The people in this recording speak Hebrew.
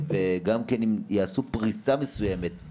ובסופו של דבר אם יעשו פריסה מסויימת,